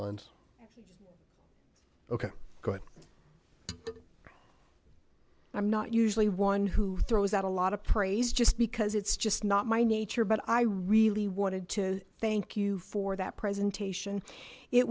lines ok good i'm not usually one who throws out a lot of praise just because it's just not my nature but i really wanted to thank you for that presentation it